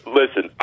listen